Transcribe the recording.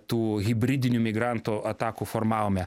tų hibridinių migrantų atakų formavome